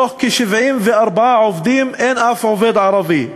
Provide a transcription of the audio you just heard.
בקרב 74 העובדים אין אף עובד ערבי.